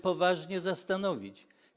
poważnie zastanowić.